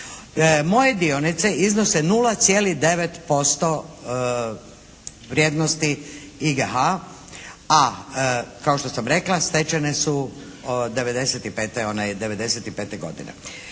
Moje dionice iznose 0,9% vrijednosti IGH, a kao što sam rekla stečene su 95. godine.